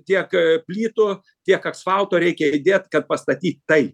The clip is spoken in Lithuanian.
tiek plytų tiek aksfalto reikia įdėt kad pastatyt tai